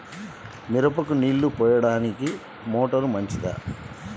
మిరపకు నీళ్ళు పోయడానికి మోటారు మంచిదా?